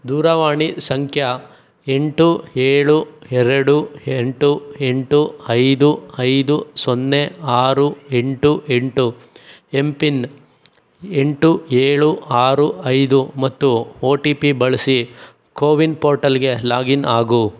ದೂರವಾಣಿ ಸಂಖ್ಯೆ ಎಂಟು ಏಳು ಎರಡು ಎಂಟು ಎಂಟು ಐದು ಐದು ಸೊನ್ನೆ ಆರು ಎಂಟು ಎಂಟು ಎಂ ಪಿನ್ ಎಂಟು ಏಳು ಆರು ಐದು ಮತ್ತು ಒ ಟಿ ಪಿ ಬಳಸಿ ಕೋವಿನ್ ಪೋರ್ಟಲ್ಗೆ ಲಾಗಿನ್ ಆಗು